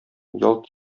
ялт